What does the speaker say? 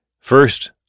First